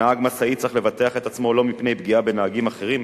נהג משאית צריך לבטח את עצמו לא מפני פגיעה בנהגים אחרים,